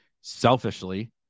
selfishly